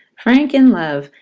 frank in love,